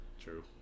True